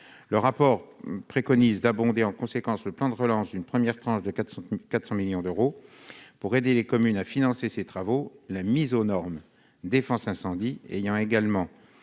Le rapport préconise d'abonder en conséquence le plan de relance d'une première tranche de 400 millions d'euros pour aider les communes à financer ces travaux, la mise aux normes défense incendie ayant également